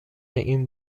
این